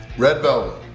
red velvet